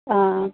ആ ആ